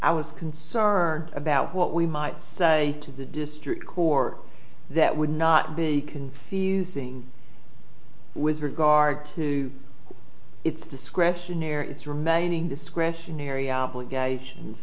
i was concerned about what we might say to the district court that would not be conceived thing with regard to its discretionary its remaining discretionary obligations